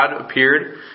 appeared